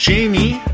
Jamie